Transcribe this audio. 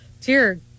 dear